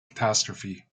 catastrophe